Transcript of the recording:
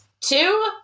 Two